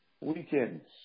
weekends